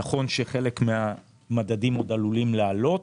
נכון שחלק מהמדדים עוד עלולים לעלות,